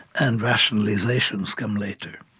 and rationalizations come later